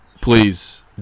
Please